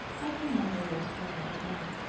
but he never rose from it again.